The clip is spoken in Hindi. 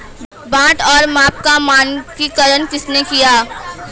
बाट और माप का मानकीकरण किसने किया?